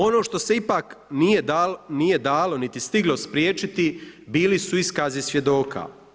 Ono što se ipak nije dalo niti stiglo spriječiti, bili su iskazi svjedoka.